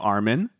Armin